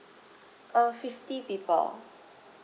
uh fifty poeple